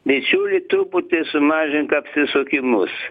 bičiuli truputį sumažink apsisukimus